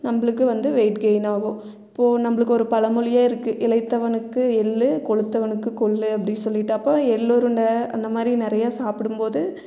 நம்மளுக்கு வந்து weight gain ஆகும் இப்போது நம்மளுக்கு ஒரு பழமொழியே இருக்குது இளைத்தவனுக்கு எள்ளு கொழுத்தவனுக்கு கொள்ளு அப்படின்னு சொல்லிவிட்டு அப்போ எள்ளுருண்டை அந்தமாதிரி நிறையா சாப்பிடும்போது